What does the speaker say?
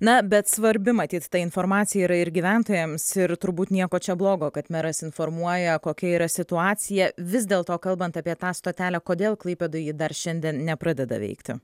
na bet svarbi matyt ta informacija yra ir gyventojams ir turbūt nieko čia blogo kad meras informuoja kokia yra situacija vis dėlto kalbant apie tą stotelę kodėl klaipėdoj ji dar šiandien nepradeda veikti